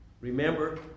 Remember